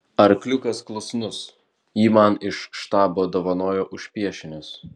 arkliukas klusnus jį man iš štabo dovanojo už piešinius